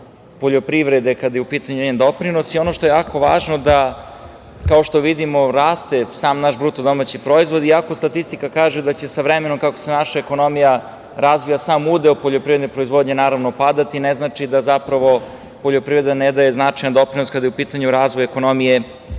poljoprivrede, kada je u pitanju njen doprinos. Ono što je jako važno, kao što vidimo, raste sam naš bruto domaći proizvod, iako statistika kaže da će se vremenom, kako se naša ekonomija razvija, sam udeo poljoprivredne proizvodnje naravno padati, ne znači da zapravo poljoprivreda ne daje značajan doprinos kada je u pitanju razvoj ekonomije